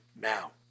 now